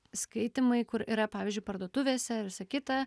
skaitymai kur yra pavyzdžiui parduotuvėse ir visa kita